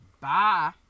Bye